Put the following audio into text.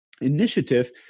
initiative